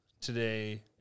today